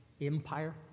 empire